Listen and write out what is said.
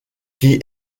qui